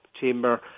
chamber